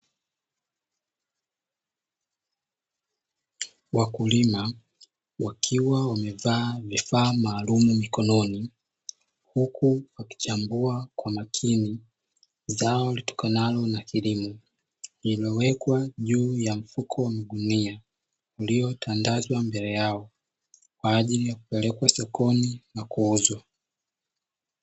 Wakulima wakiwa wamevaa vifaa maalumu mikononi, huku wakichambua kwa makini zao litokanalo na kilimo, lililowekwa juu ya mfuko wa magunia uliotandazwa mbele yao, kwa ajili ya kupelekwa sokoni na kuuzwa.